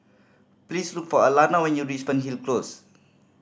please look for Alannah when you reach Fernhill Close